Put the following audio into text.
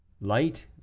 light